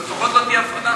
אבל לפחות לא תהיה הפרדה.